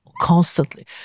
constantly